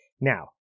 Now